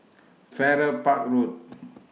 Farrer Park Road